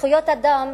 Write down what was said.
זכויות אדם,